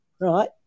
right